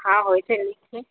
हँ होइत छै होइत छै